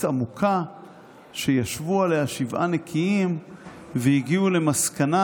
עמוקה שישבו עליה שבעה נקיים והגיעו למסקנה.